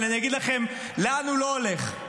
אבל אגיד לכם לאן הוא לא הולך,